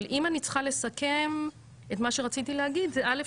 אבל אם אני צריכה לסכם את מה שרציתי להגיד זה א'